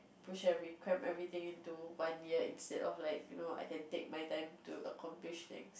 push and recramp everything into one year instead of like you know I can take my time to accomplish thing